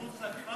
מחוץ לכפר?